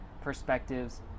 perspectives